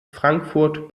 frankfurt